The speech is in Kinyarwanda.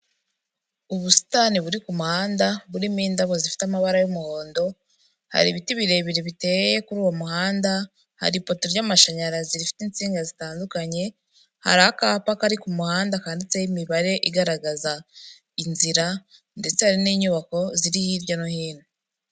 Ubusitani buri ku muhanda burimo indabo zifite amabara y'umuhondo, hari ibiti birebire biteye kuri uwo muhanda, hari ipoto ry'amashanyarazi rifite insinga zitandukanye, hari akapa kari ku muhanda kanditseho imibare igaragaza inzira ndetse hari n'inyubako ziri hirya no hino.